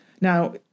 Now